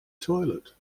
toilet